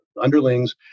underlings